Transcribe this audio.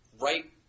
Right